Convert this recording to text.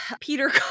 Peter